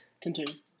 Continue